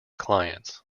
clients